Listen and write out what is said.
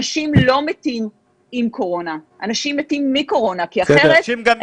אנשים לא מתים עם קורונה אנשים מתים מקורונה -- אנשים גם מתאבדים.